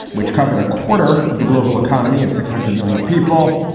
which covered a quarter of the global economy and six hundred million people.